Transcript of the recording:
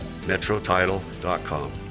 MetroTitle.com